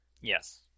Yes